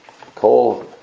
Coal